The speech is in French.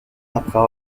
après